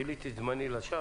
כיליתי את זמני לשווא?